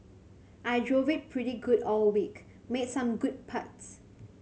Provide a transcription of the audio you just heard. I drove it pretty good all week made some good putts